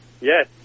Yes